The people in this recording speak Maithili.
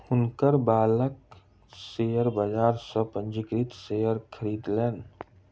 हुनकर बालक शेयर बाजार सॅ पंजीकृत शेयर खरीदलैन